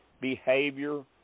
behavior